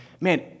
man